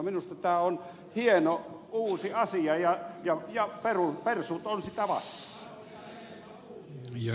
minusta tämä on hieno uusi asia ja persut ovat sitä vastaan